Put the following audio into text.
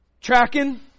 Tracking